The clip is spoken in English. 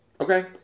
Okay